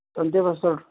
ರೀ